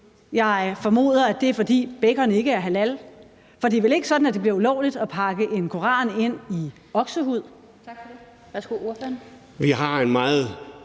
Jeg formoder, at det er, fordi bacon ikke er halal, for det er vel ikke sådan, at det bliver ulovligt at pakke en koran ind i oksehud?